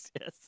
yes